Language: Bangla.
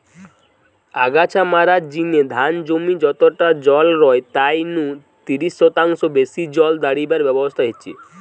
আগাছা মারার জিনে ধান জমি যতটা জল রয় তাই নু তিরিশ শতাংশ বেশি জল দাড়িবার ব্যবস্থা হিচে